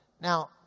Now